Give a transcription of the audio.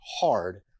hard